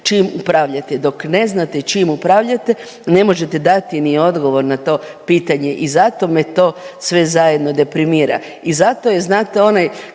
čim upravljate. Dok ne znate čim upravljate ne možete dati ni odgovor na to pitanje i zato me to sve zajedno deprimira. I zato je znate onaj